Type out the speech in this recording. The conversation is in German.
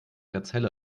gazelle